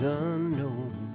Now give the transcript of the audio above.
unknown